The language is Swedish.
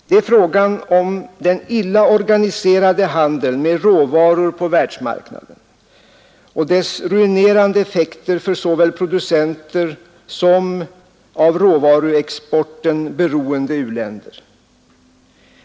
Det är frågan om den illa organiserade handeln med råvaror på världsmarknaden och denna handels ruinerande effekter för såväl producenter som av råvaruexporten beroende u-länder.